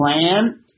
plan